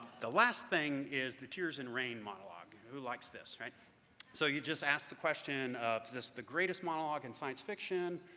the last thing is the tears in rain monologue. who likes this? so you just ask the question, is um this the greatest monologue in science fiction,